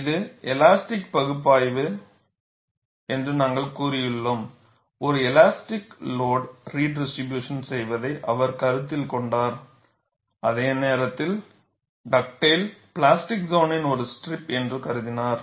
இது எலாஸ்டிக் பகுப்பாய்வு என்று நாங்கள் கூறியுள்ளோம் ஒரு எலாஸ்டிக் லோடு ரிடிஸ்ட்ரிபியூஷன்செய்வதை அவர் கருத்தில் கொண்டார் அதே நேரத்தில் டக்டேல் பிளாஸ்டிக் சோனின் ஒரு ஸ்ட்ரிப் என்று கருதினார்